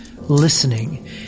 listening